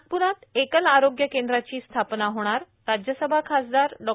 नागप्रात एकल आरोग्य केंद्राची स्थापना होणार राज्यसभा खासदार डॉ